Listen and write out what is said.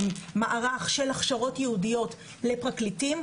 מערך של הכשרות ייעודיות לפרקליטים.